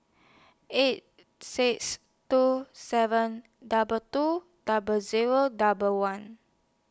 eight six two seven double two double Zero double one